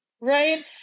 right